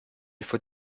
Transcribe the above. faut